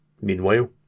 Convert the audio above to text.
Meanwhile